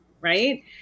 right